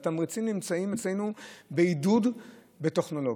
התמריצים נמצאים אצלנו בעידוד טכנולוגיה.